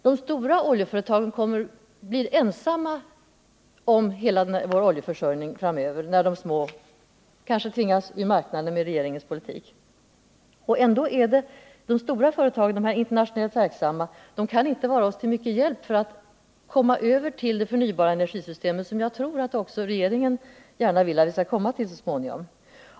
De stora oljeföretagen blir ensamma om hela vår oljeförsörjning framöver om de små av regeringens politik tvingas ur marknaden. De stora, internationellt verksamma företagen kan inte vara oss till stor att trygga tillgången på olja hjälp när det gäller att komma över till det förnybara energisystem som jag tror att också regeringen gärna vill ha så småningom.